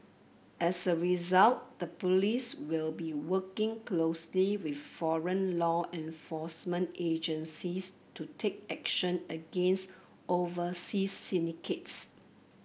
as a result the police will be working closely with foreign law enforcement agencies to take action against overseas syndicates